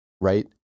right